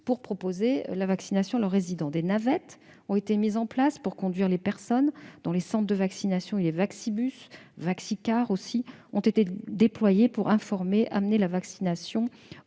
pour proposer la vaccination à leurs résidents. Des navettes ont été mises en place pour conduire les personnes dans les centres de vaccination, des « vaccibus » et « vaccicars » ont été déployés pour informer la population